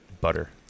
butter